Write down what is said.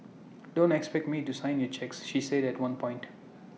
don't expect me to sign your cheques she said at one point